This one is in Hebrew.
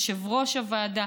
מנהל הוועדה,